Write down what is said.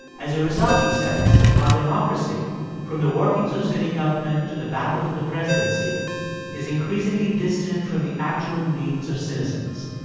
as a result, he says, our democracy from the workings of city government to the battle for the presidency is increasingly distant from the actual needs of citizens